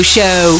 Show